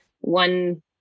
one